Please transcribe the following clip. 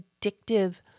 addictive